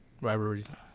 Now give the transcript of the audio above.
rivalries